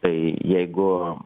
tai jeigu